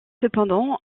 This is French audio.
cependant